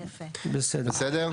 בסדר?